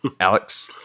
Alex